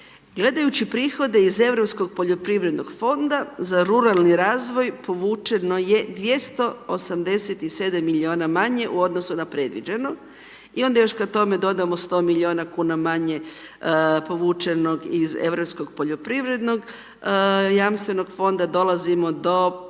Gledajući prihode iz Europskog poljoprivrednog fonda za ruralni razvoj, povučeno je 287 milijuna manje u odnosu na predviđeno. I onda još kad tome dodamo 100 milijuna kuna manje povučenog iz Europskog poljoprivrednog jamstvenog fonda dolazimo do